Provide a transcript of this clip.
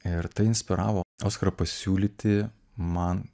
ir tai inspiravo oskarą pasiūlyti man